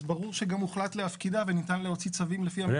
אז ברור שגם הוחלט להפקידה וניתן להוציא צווים לפי ההפקדה.